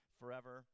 forever